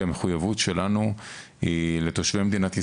המחויבות שלנו היא לתושבי מדינת ישראל,